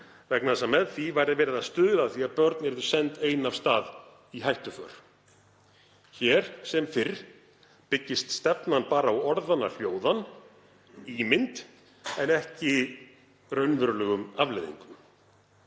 vegna þess að með því væri verið að stuðla að því að börn yrðu send ein af stað í hættuför. Hér sem fyrr byggist stefnan bara á orðanna hljóða, ímynd en ekki raunverulegum afleiðingum.